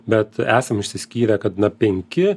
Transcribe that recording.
bet esam išsiskyrę kad na penki